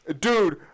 dude